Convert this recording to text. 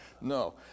no